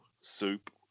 soup